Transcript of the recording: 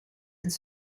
het